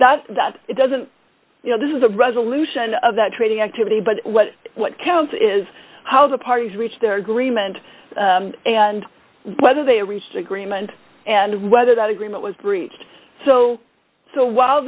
dispute that it doesn't you know this is a resolution of that trading activity but what what counts is how the parties reach their agreement and whether they reach agreement and whether that agreement was reached so so while